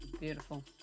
Beautiful